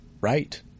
right